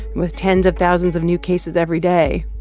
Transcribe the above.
with tens of thousands of new cases every day.